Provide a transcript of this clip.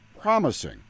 promising